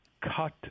cut